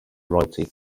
royalty